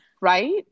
right